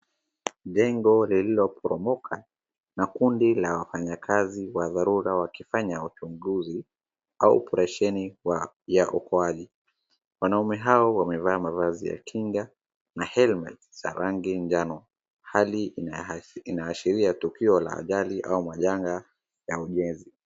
Jengo lililoporomoka na kundi la wafanyikazi wa dharura wakifanya uchunguzi au operesheni ya hali huku. Wanaume hawa wamevaa mavazi ya kinga na helmet za rangi manjano, hali inayoashiria tukio la ajali au majanga ya ujenzi.